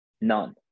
None